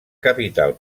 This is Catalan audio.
capital